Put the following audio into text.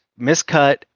miscut